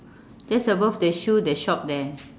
just above the shoe the shop there